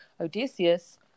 Odysseus